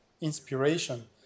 inspiration